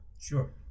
Sure